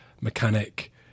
mechanic